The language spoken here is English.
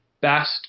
best